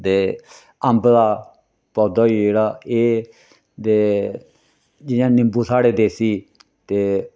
ते अंब दा पौधा होई गेआ जेह्ड़ा एह् ते जियां निंबू साढ़े देसी